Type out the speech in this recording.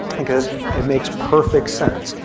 because it makes perfect sense.